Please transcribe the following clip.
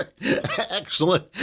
excellent